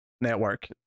network